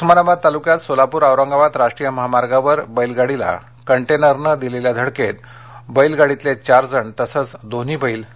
उस्मानाबाद तालुक्यात सोलापूर औरंगाबाद राष्ट्रीय महामार्गावरबैलगाडीला कंजिरनं दिलेल्या धडकेत बैल गाडीतले चार जण तसंच दोन्ही बैल जागेवर ठार झाले